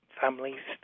families